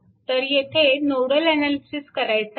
तर येथे nodal analysis करायचा आहे